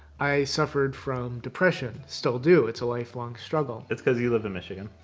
i suffered from depression. still do. it's a lifelong struggle. it's cause you live in michigan.